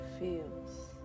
feels